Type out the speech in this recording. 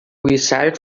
result